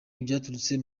byaturutse